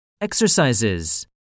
Exercises